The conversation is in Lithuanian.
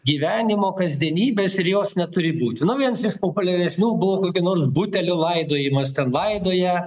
gyvenimo kasdienybės ir jos neturi būti nu viens iš populiaresnių buvo kokio nors butelio laidojimas ten laidoja